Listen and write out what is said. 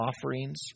offerings